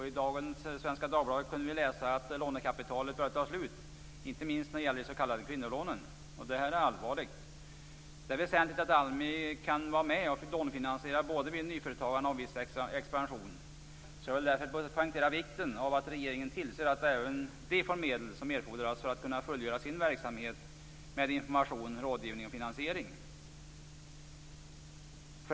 I dagens Svenska Dagbladet kan vi läsa att lånekapitalet börjar ta slut, inte minst när det gäller de s.k. kvinnolånen. Detta är allvarligt. Det är väsentligt att ALMI kan vara med och lånefinansiera både vid nyföretagande och vid viss expansion. Jag vill därför poängtera vikten av att regeringen tillser att även ALMI får de medel som erfordras för att man skall kunna fullgöra sin verksamhet med information, rådgivning och finansiering.